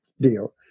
deal